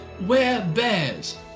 were-bears